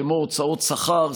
כמו הוצאות שכר,